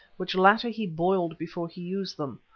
which latter he boiled before he used them.